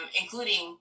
including